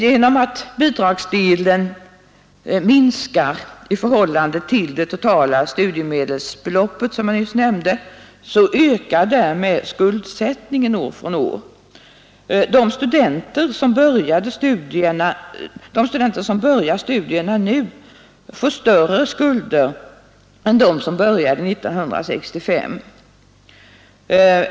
Genom att bidragsdelen minskar i förhållande till det totala studiemedelsbeloppet, som jag nyss nämnde, ökar skuldsättningen år från år. De studenter som börjar studierna nu får större skulder än de som började 1965.